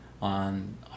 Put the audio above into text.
on